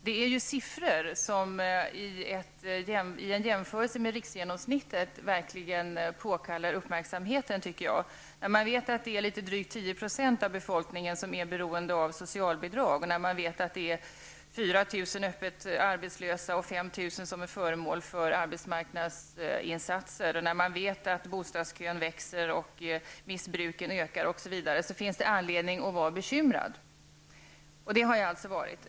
Det är siffror som i jämförelse med riksgenomsnittet verkligen påkallar uppmärksamheten, tycker jag. När man vet att litet drygt 10 % av befolkningen är beroende av socialbidrag, att 4 000 personer är öppet arbetslösa, att 5 000 personer är föremål för arbetsmarknadsinsatser, att bostadskön växer, att missbruket ökar osv. finns det anledning att vara bekymrad. Och det har jag varit.